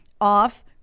off